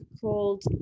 called